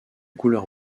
couleur